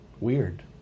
Weird